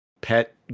pet